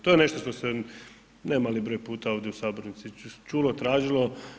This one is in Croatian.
To je nešto što se ne mali broj puta ovdje u sabornici čulo, tražilo.